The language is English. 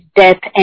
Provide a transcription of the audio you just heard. death